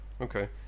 okay